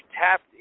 tapped